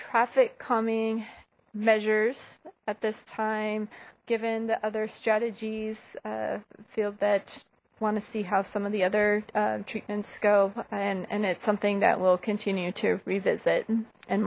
traffic calming measures at this time given the other strategies feel that want to see how some of the other treatments go and and it's something that we'll continue to revisit and